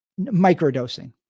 microdosing